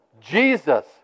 Jesus